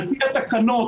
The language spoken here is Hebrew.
התקנות,